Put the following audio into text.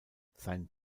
sein